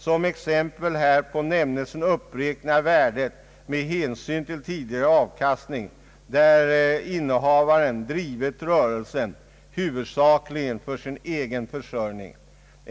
Som exempel härpå nämnes en uppräkning av värdet med hänsyn till tidigare avkastning, där innehavaren drivit rörelsen huvudsakligen för sin egen försörjning.